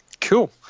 Cool